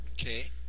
Okay